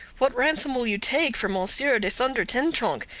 what ransom will you take for monsieur de thunder-ten-tronckh,